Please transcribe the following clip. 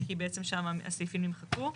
כי בעצם שם הסעיפים נמחקו.